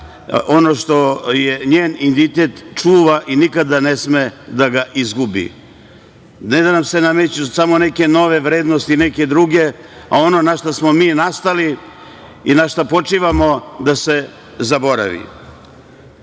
ono što je njen identitet čuva i nikada ne sme da ga izgubi, ne da nam se nameću samo neke nove vrednosti, a ono od čega smo mi nastali i na čemu počivamo da se zaboravi. Pitanje